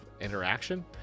interaction